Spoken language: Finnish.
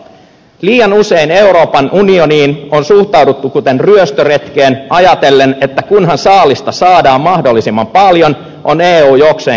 liian usein euroopan unioniin on suhtauduttu kuten ryöstöretkeen ajatellen että kunhan saalista saadaan mahdollisimman paljon on eu jokseenkin ok